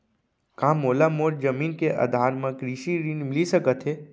का मोला मोर जमीन के आधार म कृषि ऋण मिलिस सकत हे?